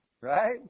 Right